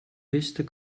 bester